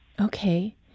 Okay